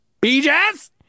B-Jazz